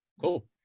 Cool